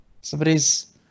Somebody's